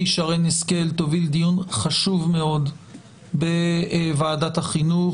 שרן השכל תוביל דיון חשוב מאוד בוועדת החינוך.